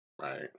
Right